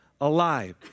alive